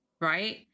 right